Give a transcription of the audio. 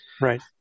right